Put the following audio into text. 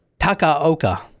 Takaoka